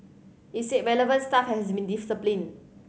it said relevant staff has been disciplined